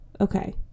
okay